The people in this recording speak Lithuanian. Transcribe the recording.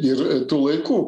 ir tų laikų